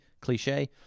cliche